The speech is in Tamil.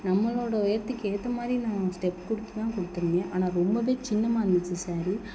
நம்மளோடய உயரத்துக்கு ஏற்ற மாதிரி நான் ஸ்டெப் கொடுத்து தான் கொடுத்துருந்தேன் ஆனால் ரொம்பவே சின்னதா இருந்துச்சு ஸேரி